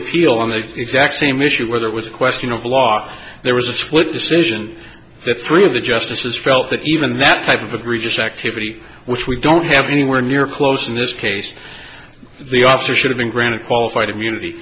appeal on the exact same issue whether it was a question of law there was a split decision that three of the justices felt that even that type of a grievous activity which we don't have anywhere near close in this case the officer should have been granted qualified immunity